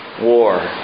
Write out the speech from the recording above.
war